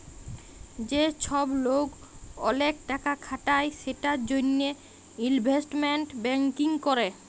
যে চ্ছব লোক ওলেক টাকা খাটায় সেটার জনহে ইলভেস্টমেন্ট ব্যাঙ্কিং ক্যরে